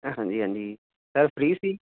ਹਾਂਜੀ ਹਾਂਜੀ sir free ਸੀ